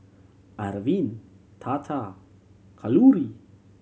Arvind Tata and Kalluri